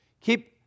Keep